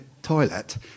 Toilet